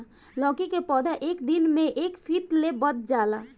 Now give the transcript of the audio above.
लैकी के पौधा एक दिन मे एक फिट ले बढ़ जाला